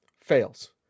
Fails